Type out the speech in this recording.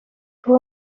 ubu